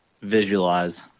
visualize